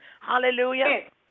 Hallelujah